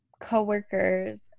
co-workers